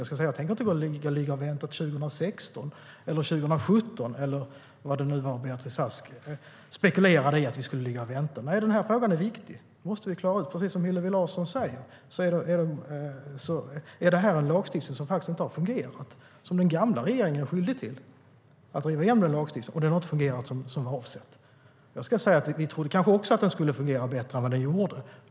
Jag tänker inte vänta till 2016, 2017 eller vad det nu var Beatrice Ask spekulerade att vi skulle vänta till. Den här frågan är viktig, och den måste vi klara ut. Precis som Hillevi Larsson säger är det en lagstiftning som inte har fungerat och som den gamla regeringen är skyldig till och drev igenom, och den har inte fungerat som det var avsett. Vi trodde kanske också att den skulle fungera bättre än vad den gjorde.